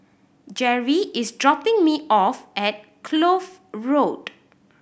Geri is dropping me off at Kloof Road